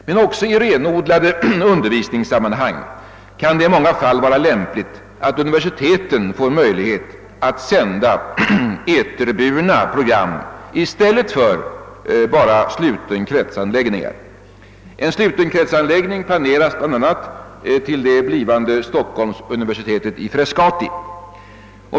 Men också i renodlade undervisningssammanhang kan det i många fall vara lämpligt att universiteten får möjlighet att sända eterburna program i stället för program endast över slutenkretsanläggningar. En slutenkretsanläggning planeras bl.a. till det blivande Stockholms universitet i Frescati.